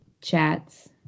chats